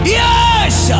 yes